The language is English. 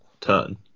turn